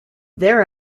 there